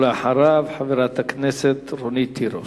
ואחריו, חברת הכנסת רונית תירוש.